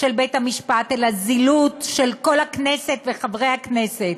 של בית-המשפט, אלא זילות של כל הכנסת וחברי הכנסת.